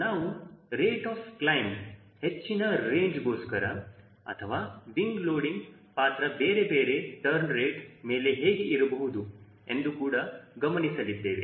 ನಾವು rate of climb ಹೆಚ್ಚಿನ range ಗೋಸ್ಕರ ಅಥವಾ ವಿಂಗ್ ಲೋಡಿಂಗ್ ಪಾತ್ರ ಬೇರೆ ಬೇರೆ ಟರ್ನ್ ರೇಟ್ ಮೇಲೆ ಹೇಗೆ ಇರಬಹುದು ಎಂದು ಕೂಡ ಗಮನಿಸಲಿದ್ದೇವೆ